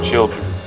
Children